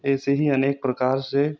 ऐसे ही अनेक प्रकार से